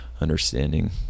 understanding